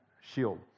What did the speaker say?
shield